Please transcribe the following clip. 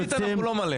כמותית אנחנו לא מלא.